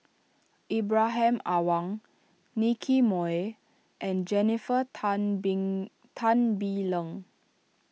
Ibrahim Awang Nicky Moey and Jennifer Tan Bee Tan Bee Leng